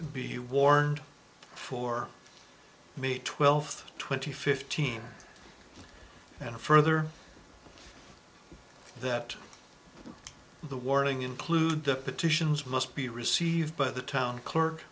be warned for me twelfth twenty fifteen and further that the warning include the petition is must be received by the town clerk